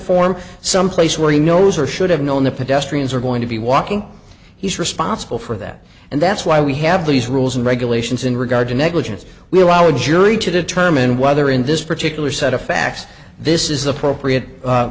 form someplace where he knows or should have known the pedestrians are going to be walking he's responsible for that and that's why we have these rules and regulations in regard to negligence we allow a jury to determine whether in this particular set of facts this is appropriate